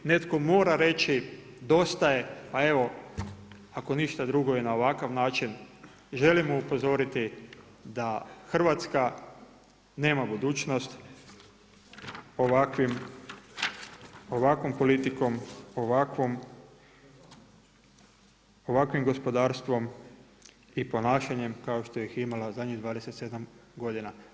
Netko mora reći, dosta je, a evo, ako ništa drugo i na ovakav način želimo upozoriti da Hrvatska nema budućnost ovakvom politikom ovakvim gospodarstvom i ponašanjem kao što ih je imala zadnjih 27 godina.